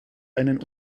einen